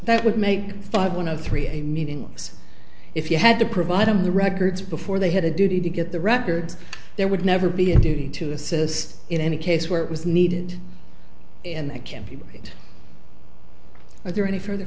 that would make five one of three a meetings if you had to provide him the records before they had a duty to get the records there would never be a duty to assist in any case where it was needed and can people are there any further